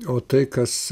o tai kas